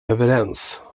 överens